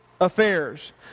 Affairs